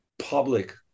public